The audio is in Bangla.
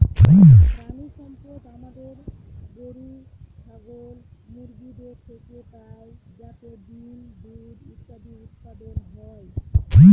প্রানীসম্পদ আমাদের গরু, ছাগল, মুরগিদের থেকে পাই যাতে ডিম, দুধ ইত্যাদি উৎপাদন হয়